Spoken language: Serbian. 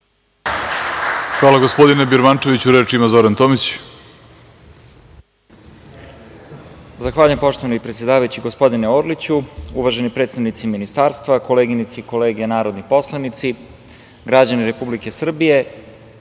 Hvala gospodine Birmančeviću. Reč ima Zoran Tomić.